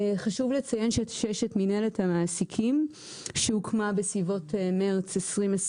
חשוב לציין שיש את מינהלת המעסיקים שהוקמה בסביבות מארס 2021,